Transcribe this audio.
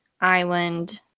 island